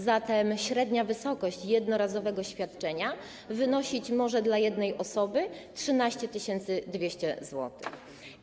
Zatem średnia wysokość jednorazowego świadczenia wynosić może dla jednej osoby 13 200 zł.